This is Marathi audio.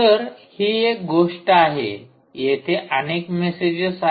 तर ही एक गोष्ट आहे येथे अनेक मेसेजेस आहेत